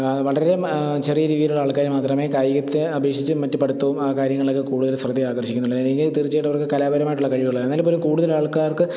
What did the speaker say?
വളരെ ചെറിയ രീതിയിലുള്ള ആള്ക്കാർ മാത്രമേ കായികത്തെ അപേക്ഷിച്ച് മറ്റു പഠിത്തവും ആ കാര്യങ്ങളിലൊക്കെ കൂടുതൽ ശ്രദ്ധ ആകര്ഷിക്കുന്നുള്ള എനിക്ക് തീര്ച്ചയായിട്ടവര്ക്ക് കലാപരമായിട്ടുള്ള കഴിവുകൾ എന്നാൽ പോലും കൂടുതലാള്ക്കാര്ക്ക്